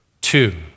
two